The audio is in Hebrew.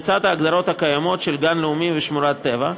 לצד ההגדרות הקיימות של גן לאומי ושמורת טבע,